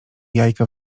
jajka